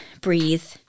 breathe